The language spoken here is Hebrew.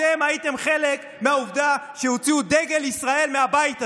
אתם הייתם חלק מהעובדה שהוציאו דגל ישראל מהבית הזה,